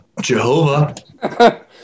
Jehovah